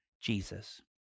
Jesus